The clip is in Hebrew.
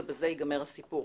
ובזה ייגמר הסיפור.